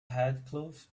headcloth